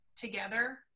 together